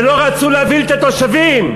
ולא רצו להבהיל את התושבים.